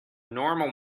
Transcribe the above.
normal